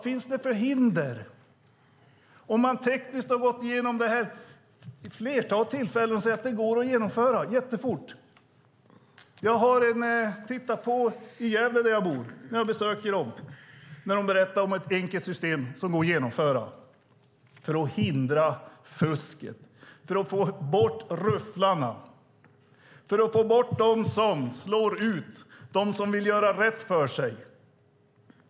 Vilka är hindren? Tekniskt har man gått igenom denna fråga vid ett flertal tillfällen och sagt att det går att genomföra detta fort. Titta på hur det ser ut i Gävle där jag bor. Där har de berättat om ett enkelt och genomförbart system för att hindra fusket, för att få bort rufflarna, för att få bort de som slår ut de som vill göra rätt för sig.